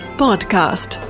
podcast